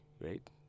right